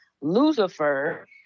Lucifer